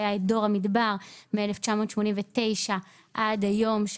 היה את דור המדבר מ-1989 עד היום,